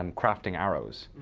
um crafting arrows.